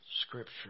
scripture